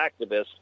activists